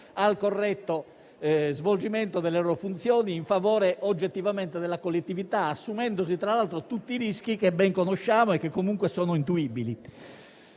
al corretto svolgimento delle loro funzioni, oggettivamente in favore della collettività, assumendosi, tra l'altro, tutti i rischi che ben conosciamo e che comunque sono intuibili.